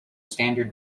standard